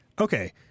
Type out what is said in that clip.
Okay